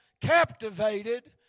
captivated